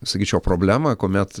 sakyčiau problemą kuomet